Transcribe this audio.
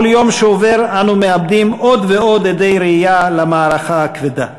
כל יום שעובר אנו מאבדים עוד ועוד עדי ראייה למערכה הכבדה.